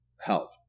help